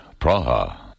Praha